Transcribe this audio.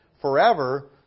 forever